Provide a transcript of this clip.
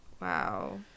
wow